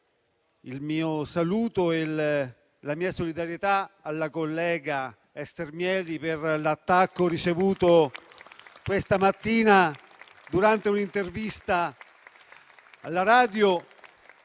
il mio saluto e la mia solidarietà alla collega Ester Mieli per l'attacco ricevuto: questa mattina, durante un'intervista alla radio,